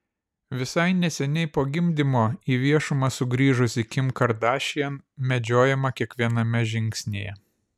visai neseniai po gimdymo į viešumą sugrįžusi kim kardashian medžiojama kiekviename žingsnyje